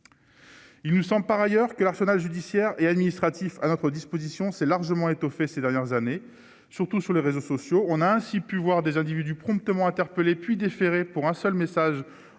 Ils ne sont par ailleurs que l'arsenal judiciaire et administratif à notre disposition, s'est largement étoffée ces dernières années, surtout sur les réseaux sociaux, on a ainsi pu voir des individus promptement interpellés puis déférés pour un seul message